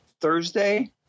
Thursday